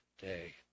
day